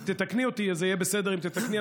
וזה יהיה בסדר אם תתקני,